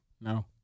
No